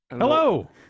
Hello